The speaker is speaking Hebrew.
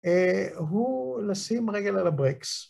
הוא לשים רגל על הברקס.